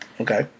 Okay